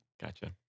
Gotcha